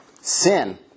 sin